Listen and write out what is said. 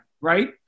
right